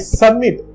submit